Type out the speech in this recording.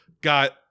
got